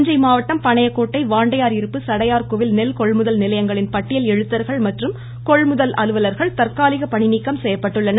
தஞ்சை மாவட்டம் பனையக்கோட்டை வாண்டையார் இருப்பு சடையார் கோவில் நெல்கொள்முதல் நிலையங்களின் பட்டியல் எழுத்தர்கள் மற்றும் கொள்முதல் அலுவலர்கள் தற்காலிக பணிநீக்கம் செய்யப்பட்டுள்ளனர்